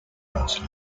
last